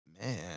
man